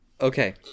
Okay